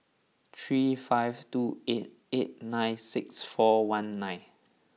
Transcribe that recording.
three five two eight eight nine six four one nine